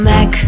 Mac